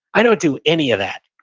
i don't do any of that.